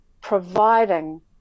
providing